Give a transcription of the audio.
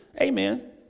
Amen